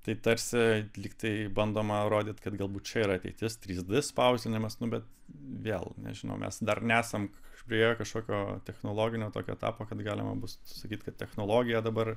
tai tarsi lyg tai bandoma rodyt kad galbūt čia yra ateitis trys d spausdinimas bet vėl nežinau mes dar nesam priėję kažkokio technologinio tokio etapo kad galima bus sakyt kad technologija dabar